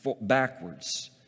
backwards